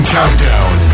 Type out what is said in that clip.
Countdown